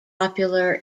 popular